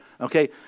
Okay